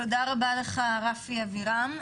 תודה רבה לך רפי אבירם.